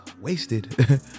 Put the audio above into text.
wasted